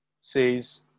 says